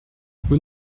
vous